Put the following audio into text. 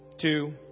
two